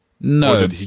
No